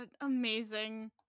amazing